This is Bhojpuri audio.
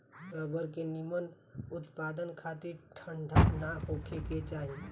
रबर के निमन उत्पदान खातिर ठंडा ना होखे के चाही